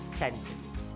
sentence